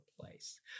place